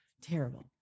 Terrible